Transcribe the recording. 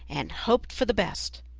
and hoped for the best.